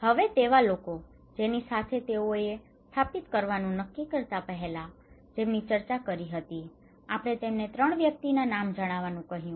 હવે તેવા લોકો જેની સાથે તેઓએ સ્થાપિત કરવાનું નક્કી કરતા પહેલા જેમની ચર્ચા કરી હતીઆપણે તેમને 3 વ્યક્તિઓના નામ જણાવવાનું કહ્યું